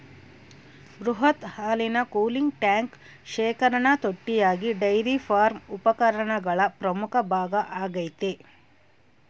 ಬೃಹತ್ ಹಾಲಿನ cooling tank ಶೇಖರಣಾ ತೊಟ್ಟಿಯಾಗಿ ಡೈರಿ ಫಾರ್ಮ್ ಉಪಕರಣಗಳ ಪ್ರಮುಖ ಭಾಗ ಆಗೈತೆ